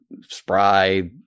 spry